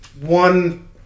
one